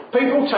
people